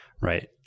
right